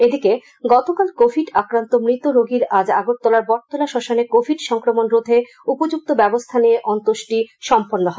এদিকে গতকাল কোভিড আক্রান্ত মৃত রোগীর আজ আগরতলার বটতলা শ্মশানে কোভিড সংক্রমন রোধে উপযুক্ত ব্যবস্থা নিয়ে অন্ত্যেষ্টি সম্পন্ন হয়